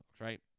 right